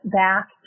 back